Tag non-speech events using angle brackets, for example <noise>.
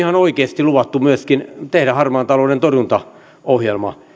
<unintelligible> on ihan oikeasti luvattu myöskin tehdä harmaan talouden torjuntaohjelma